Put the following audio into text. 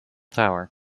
tower